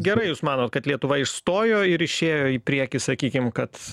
gerai jūs manot kad lietuva įstojo ir išėjo į priekį sakykim kad